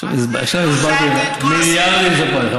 עכשיו הסברתי לך, מיליארדים, רשמתי את כל הסעיפים.